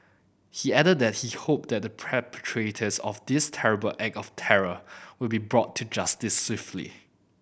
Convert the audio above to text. he added that he hoped that the perpetrators of this terrible act of terror will be brought to justice swiftly